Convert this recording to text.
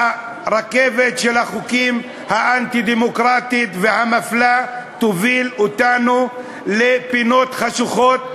הרכבת האנטי-דמוקרטית והמפלה של החוקים תוביל אותנו לפינות חשוכות,